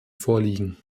vorliegen